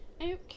Okay